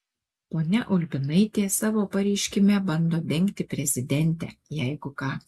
ponia ulbinaitė savo pareiškime bando dengti prezidentę jeigu ką